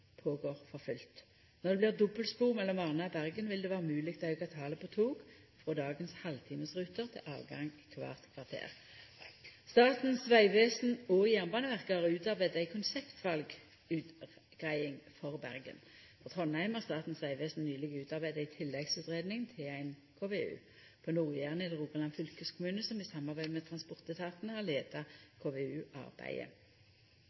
Når det blir dobbeltspor mellom Arna og Bergen, vil det vera mogleg å auka talet på tog, frå dagens halvtimesruter til avgang kvart kvarter. Statens vegvesen og Jernbaneverket har utarbeidd ei konseptvalutgreiing for Bergen. For Trondheim har Statens vegvesen nyleg utarbeidd ei tilleggsutgreiing til ei KVU. På Nord-Jæren er det Rogaland fylkeskommune som i samarbeid med transportetatane har